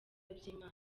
by’imana